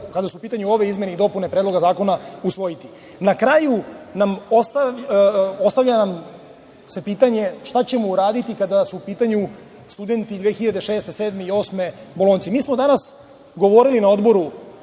kada su u pitanju ove izmene i dopune predloga zakona usvojiti. Na kraju se postavlja pitanje šta ćemo uraditi kada su u pitanju studenti 2006, 2007. i 2008. godine, bolonjci? Mi smo danas govorili na odboru